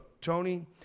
Tony